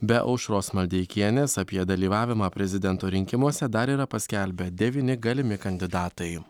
be aušros maldeikienės apie dalyvavimą prezidento rinkimuose dar yra paskelbę devyni galimi kandidatai